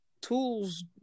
tools